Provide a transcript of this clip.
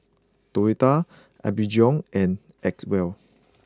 Toyota Apgujeong and Acwell